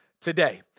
today